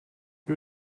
you